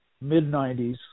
mid-90s